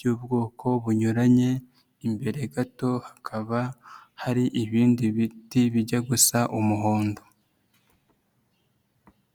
y'ubwoko bunyuranye, imbere gato hakaba hari ibindi biti bijya gusa umuhondo.